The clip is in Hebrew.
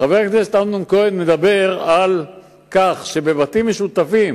חבר הכנסת אמנון כהן מדבר על כך שבבתים משותפים